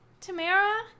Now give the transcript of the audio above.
Tamara